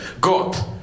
God